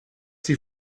die